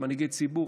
מנהיגי ציבור,